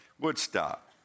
Woodstock